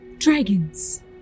Dragons